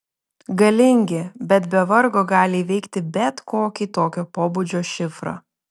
galingi kad be vargo gali įveikti bet kokį tokio pobūdžio šifrą